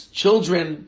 children